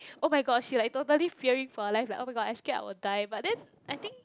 oh-my-god she like totally fearing for her life like oh-my-god I scared I will die but then I think